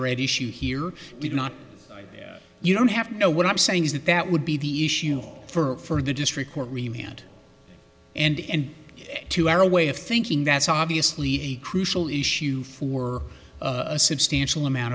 already issued here do not you don't have to know what i'm saying is that that would be the issue for the district court room and and to our way of thinking that's obviously a crucial issue for a substantial amount